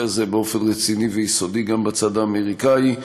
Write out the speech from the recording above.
הזה באופן רציני ויסודי גם בצד האמריקני.